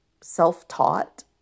self-taught